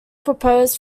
proposed